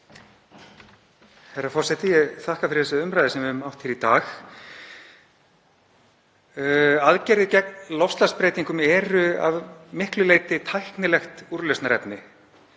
Herra forseti. Ég þakka fyrir þessa umræðu sem við höfum átt hér í dag. Aðgerðir gegn loftslagsbreytingum eru að miklu leyti tæknilegt úrlausnarefni